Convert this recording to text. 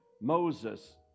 Moses